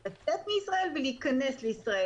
לשקול טיסה נוספת בחזרה.